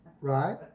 right